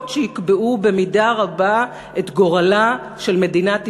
שיקבעו במידה רבה את גורלה של מדינת ישראל,